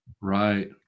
Right